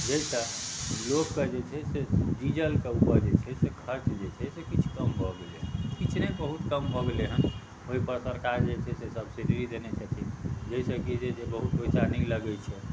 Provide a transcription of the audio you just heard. जैसे लोगकेँ जे छै से डीजलके ऊपर जे छै से खर्च जे छै से किछु कम भऽ गेलै हँ किछु नहि बहुत कम भऽ गेलै हन ओहि पर सरकार जे छै से सबसिडी देने छथिन जैसेकि जे बहुत पैसा नहि लगैत छै